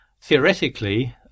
theoretically